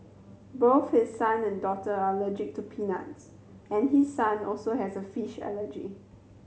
both his son and daughter are allergic to peanuts and his son also has a fish allergy